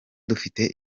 dufite